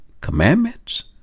commandments